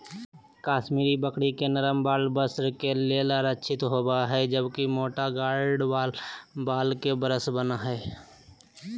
कश्मीरी बकरी के नरम वाल वस्त्र के लेल आरक्षित होव हई, जबकि मोटा गार्ड वाल के ब्रश बन हय